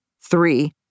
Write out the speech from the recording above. Three